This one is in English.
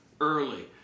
early